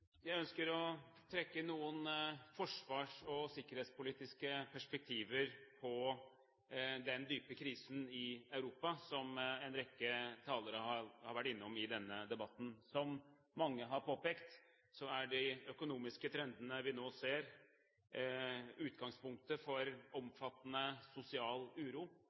dype krisen i Europa, som en rekke talere har vært innom i denne debatten. Som mange har påpekt, er de økonomiske trendene vi nå ser, utgangspunktet for omfattende sosial uro.